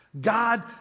God